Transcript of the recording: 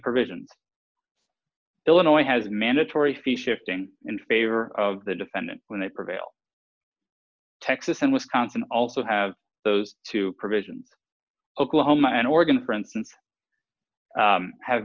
provisions illinois has mandatory fee shifting in favor of the defendant when they prevail texas and wisconsin also have those two provisions oklahoma and oregon for instance have